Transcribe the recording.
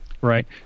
Right